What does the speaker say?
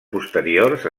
posteriors